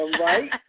right